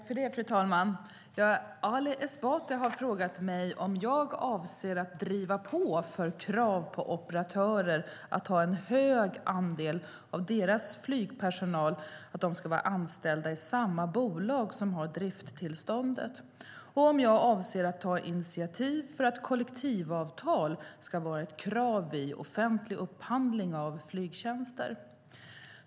Fru talman! Ali Esbati har frågat mig om jag avser att driva på för krav på operatörer om att en hög andel av deras flygpersonal ska vara anställda i samma bolag som har drifttillståndet, och om jag avser att ta initiativ för att kollektivavtal ska vara ett krav vid offentlig upphandling av flygtjänster.